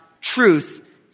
truth